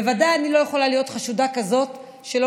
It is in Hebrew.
בוודאי אני לא יכולה להיות חשודה כמי שלא